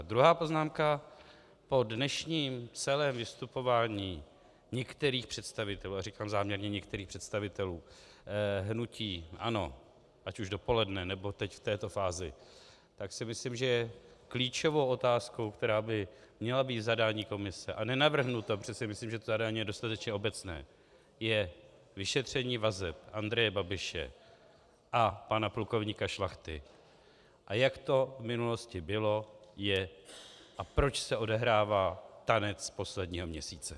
Druhá poznámka o dnešním celém vystupování některých představitelů a říkám záměrně některých představitelů hnutí ANO, ať už dopoledne, nebo teď v této fázi, tak si myslím, že klíčovou otázkou, která by měla být v zadání komise, a nenavrhnu to, protože si myslím, že to zadání je dostatečně obecné, je vyšetření vazeb Andreje Babiše a pana plukovníka Šlachty, a jak to v minulosti bylo, je a proč se odehrává tanec posledního měsíce.